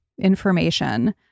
information